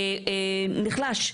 נחלש.